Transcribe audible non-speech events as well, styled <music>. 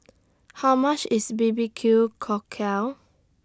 <noise> How much IS B B Q Cockle